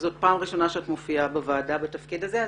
זאת פעם ראשונה שאת מופיעה בוועדה בתפקיד הזה.